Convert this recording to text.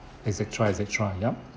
et cetera et cetera yup